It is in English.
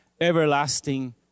everlasting